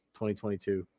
2022